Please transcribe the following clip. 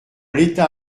l’état